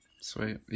Sweet